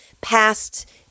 passed